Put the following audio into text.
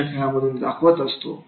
अशा खेळांमधून दाखवत असतो